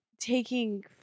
taking